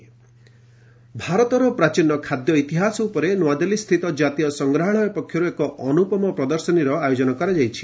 national museum ଭାରତର ପ୍ରାଚୀନ ଖାଦ୍ୟ ଇତିହାସ ଉପରେ ନୂଆଦିଲ୍ଲୀସ୍ଥିତ ଜାତୀୟ ସଂଗ୍ରହାଳୟ ପକ୍ଷରୁ ଏକ ଅନୁପମ ପ୍ରଦର୍ଶନୀର ଆୟୋଜନ କରାଯାଇଛି